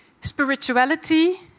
spirituality